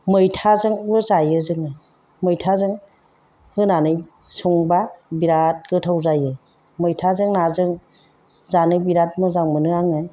मैथाजोंबो जायो जोङो मैथाजों होनानै संब्ला बिराद गोथाव जायो मैथाजों नाजों जानो बिराद मोजां मोनो आङो